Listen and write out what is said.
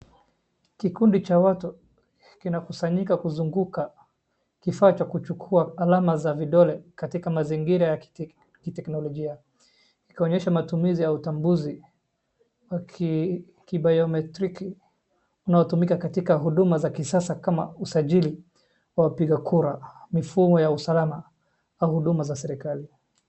Kikundi cha watu kinakusanyika kuzunguka kifaa cha kuchukua alama za vidole katika mazingira ya kiteknolojia, kikionyesha matumizi ya utambuzi wa kibiometriki unaotumika katika huduma za kisasa kama usajili wa wapiga kura, mifumo ya usalama na huduma za serikali.